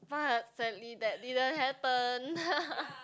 but sadly that didn't happen